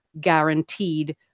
guaranteed